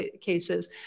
cases